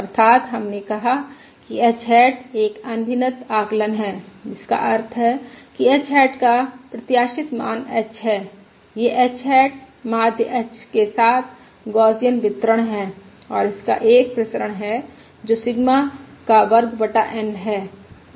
अर्थात् हमने कहा कि h हैट एक अनभिनत आकलन है जिसका अर्थ है कि h हैट का प्रत्याशित मान h है यह h हैट माध्य h के साथ गौसियन वितरण है और इसका एक प्रसरण है जो सिग्मा का वर्ग बटा N है